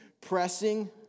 pressing